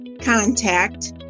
contact